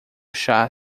chá